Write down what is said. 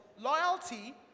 loyalty